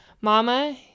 Mama